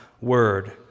word